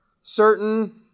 certain